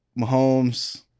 Mahomes